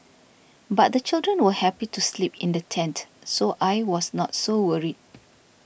but the children were happy to sleep in the tent so I was not so worried